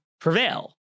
prevail